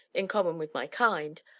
in common with my kind,